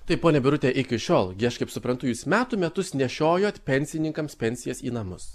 taip ponia birutė iki šiol gi aš kaip suprantu jūs metų metus nešiojot pensininkams pensijas į namus